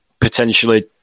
potentially